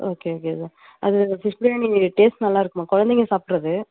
okay okay sir அது fish biryani taste நல்லா இருக்குமா குழந்தைங்க சாப்பிட்றது